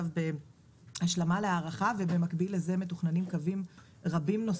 הם עברו כבר ארבעה וחמישה סבבים של פגיעה